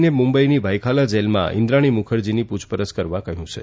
ને મુંબઇની ભાયખલા જેલમાં ઇન્દ્રાણી મુખર્જીની પૂછપરછ કરવા કહ્યું છે